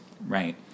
right